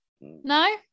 No